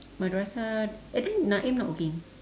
madrasah and then naim not working